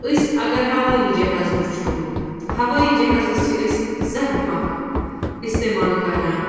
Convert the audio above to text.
أسۍ اگر ہوٲیی جہاز وٕچھو ہوٲیی جہازَس چھِ أسۍ زَخمَکھ استعمال کَران